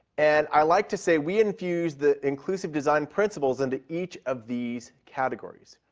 and i like to say we infuse the inclusive design principles into each of these categories.